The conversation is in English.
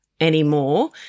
anymore